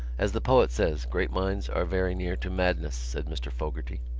as the poet says great minds are very near to madness, said mr. fogarty.